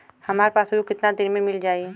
हमार पासबुक कितना दिन में मील जाई?